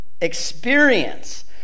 experience